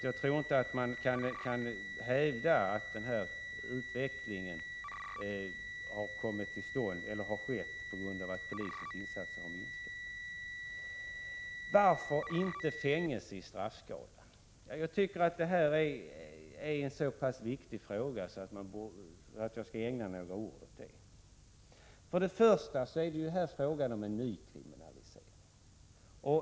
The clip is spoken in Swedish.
Jag tror alltså inte att man kan hävda att utvecklingen inom narkotikabrottsligheten är beroende av att polisens insatser har minskat. Varför inte fängelse i straffskalan? Jag tycker att denna fråga är så viktig att jag skall ägna några ord åt den. Först och främst är detta en fråga om en ny form av kriminalisering.